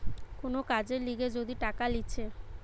কোন কাজের লিগে যদি টাকা লিছে